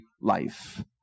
life